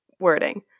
wording